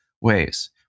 ways